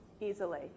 easily